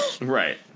Right